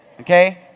Okay